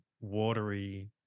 watery